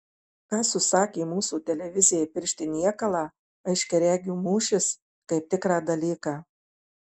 kas užsakė mūsų televizijai piršti niekalą aiškiaregių mūšis kaip tikrą dalyką